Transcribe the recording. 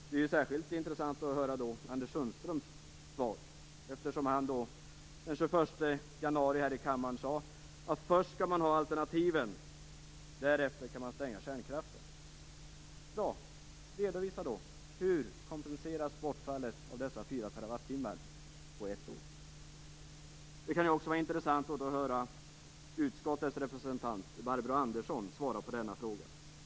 Det vore särskilt intressant att höra Anders Sundströms svar, eftersom han den 21 januari här i kammaren sade att man först skall ha alternativen, därefter kan man stänga av kärnkraften. Bra. Redovisa då hur bortfallet av dessa 4 TWh skall kompenseras på ett år. Det kan också vara intressant att få höra utskottets representant Barbro Andersson svara på denna fråga.